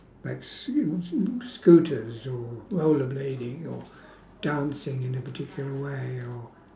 like s~ scooters or rollerblading or dancing in a particular way or